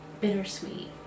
bittersweet